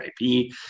IP